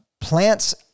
plants